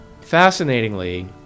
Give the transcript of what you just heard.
fascinatingly